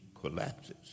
collapses